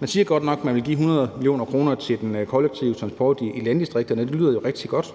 Man siger godt nok, man vil give 100 mio. kr. til den kollektive transport i landdistrikterne, og det lyder jo rigtig godt,